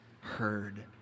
heard